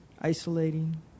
isolating